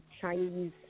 Chinese